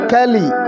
Kelly